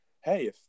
hey